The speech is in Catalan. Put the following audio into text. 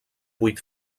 vuit